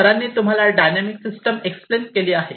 सरांनी तुम्हाला dynamic system explain केली आहे